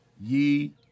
ye